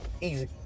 easy